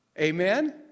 Amen